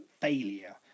failure